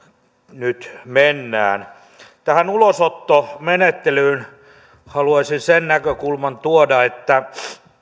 nyt mennään tähän ulosottomenettelyyn haluaisin sen näkökulman tuoda että